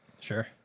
Sure